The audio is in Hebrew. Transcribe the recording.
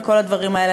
וכל הדברים האלה.